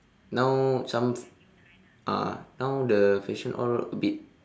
now some ah now the fashion all a bit